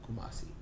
Kumasi